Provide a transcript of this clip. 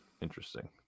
Interesting